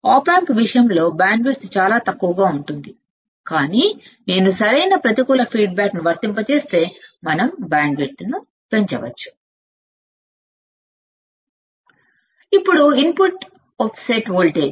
ఆప్ amp విషయంలో bandwidth చాలా తక్కువగా ఉంటుంది కానీ మనం సరైన ప్రతికూల ఫీడ్ బ్యాక్ ని వర్తింపజేస్తే మనం బ్యాండ్ విడ్త్ ని పెంచవచ్చు ఇప్పుడు ఇన్పుట్ ఆఫ్సెట్ వోల్టేజ్